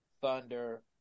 Thunder